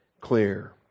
clear